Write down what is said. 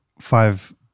five